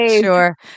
Sure